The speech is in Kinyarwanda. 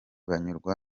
banyurwa